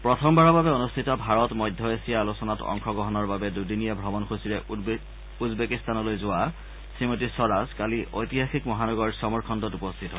প্ৰথমবাৰৰ বাবে অনুষ্ঠিত ভাৰত মধ্য এছীয়া আলোচনাত অংশগ্ৰহণৰ বাবে দুদিনীয়া ভ্ৰমণসূচীৰে উজবেকিস্তানলৈ যোৱা শ্ৰীমতী স্বৰাজ কালি ঐতিহাসিক মহানগৰ চমৰখণ্ডত উপস্থিত হয়